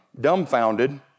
dumbfounded